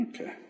Okay